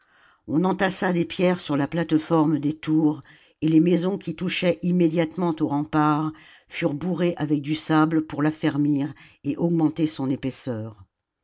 on entassa des pierres sur la plate forme des tours et les maisons qui touchaient immédiatement au rempart furent bourrées avec du sable pour l'affermir et augmenter son épaisseur